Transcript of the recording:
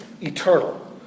eternal